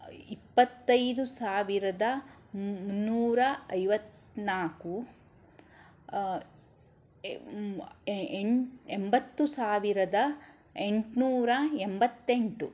ಇಪ್ಪತ್ತೈದು ಸಾವಿರದ ನೂರ ಐವತ್ತ್ನಾಲ್ಕು ಎಂಬತ್ತು ಸಾವಿರದ ಎಂಟುನೂರ ಎಂಬತ್ತೆಂಟು